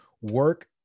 work